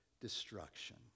destruction